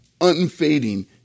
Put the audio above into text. unfading